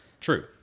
true